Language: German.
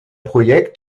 projekt